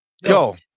Yo